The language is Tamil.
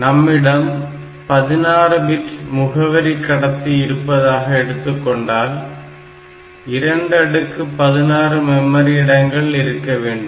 நம்மிடம் 16 பிட் முகவரி கடத்தி இருப்பதாக எடுத்துக்கொண்டால் 2 அடுக்கு 16 மெமரி இடங்கள் இருக்க வேண்டும்